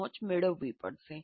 પહોચ મેળવવી પડશે